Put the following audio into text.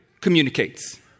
communicates